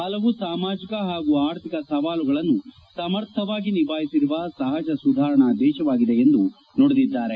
ಹಲವು ಸಾಮಾಜಕ ಹಾಗೂ ಆರ್ಥಿಕ ಸವಾಲುಗಳನ್ನು ಸಮರ್ಥವಾಗಿ ನಿಭಾಯಿಸಿರುವ ಸಹಜ ಸುಧಾರಣಾ ದೇಶವಾಗಿದೆ ಎಂದು ನುಡಿದಿದ್ದಾರೆ